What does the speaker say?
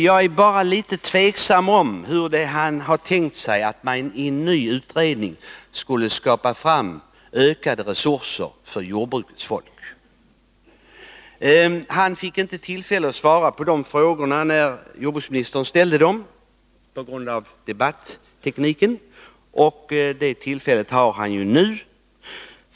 Jag är litet tveksam om hur Svante Lundkvist har tänkt sig att man i en ny jordbruksutredning skulle skapa ökade resurser för jordbrukets folk. På grund av debattreglerna fick han inte tillfälle att svara på de frågorna när jordbruksministern ställde dem, men han har tillfälle att göra det nu.